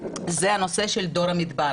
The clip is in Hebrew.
וזה הנושא של "דור המדבר",